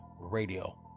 Radio